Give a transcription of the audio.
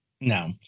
No